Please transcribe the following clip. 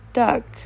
duck